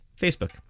Facebook